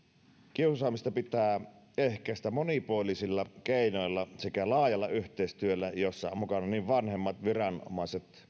kiusaamista pitää ehkäistä monipuolisilla keinoilla sekä laajalla yhteistyöllä jossa ovat mukana niin vanhemmat viranomaiset